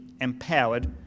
empowered